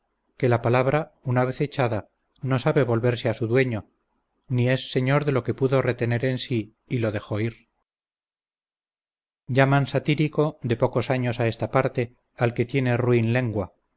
que la palabra una vez echada no sabe volverse a su dueño ni es señor de lo que pudo retener en si y lo dejó ir llaman satírico de pocos años a esta parte al que tiene ruin lengua